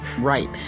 right